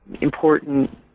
important